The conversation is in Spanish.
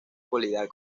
cualidad